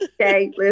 Okay